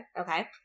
Okay